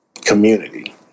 community